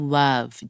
love